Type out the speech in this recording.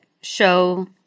show